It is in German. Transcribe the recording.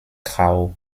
grau